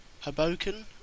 Hoboken